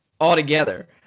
altogether